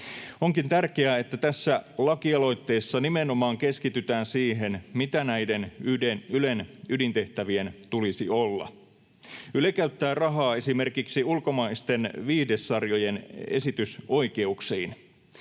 Onkin tärkeää, että tässä lakialoitteessa keskitytään nimenomaan siihen, mitä näiden Ylen ydintehtävien tulisi olla. Yle käyttää rahaa esimerkiksi ulkomaisten viihdesarjojen esitysoikeuksiin.